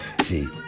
See